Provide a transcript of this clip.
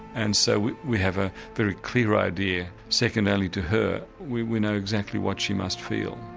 and so we we have a very clear idea second only to her, we we know exactly what she must feel.